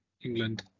England